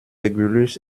régulus